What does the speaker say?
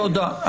תודה,